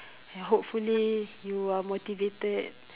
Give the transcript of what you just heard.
hopefully you are motivated